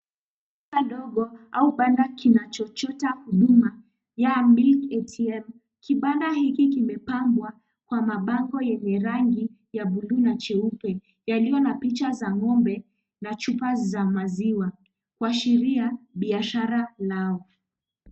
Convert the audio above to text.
Duka ndogo au banda kinacho toa huduma ya milk atm . Kibanda hiki kimepambwa kwa mabango yenye rangi ya buluu na cheupe yaliyo na picha za ng'ombe na chupa za maziwa kuashiria biashara.